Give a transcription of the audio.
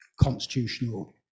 constitutional